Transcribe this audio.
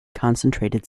concentrated